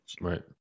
right